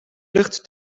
lucht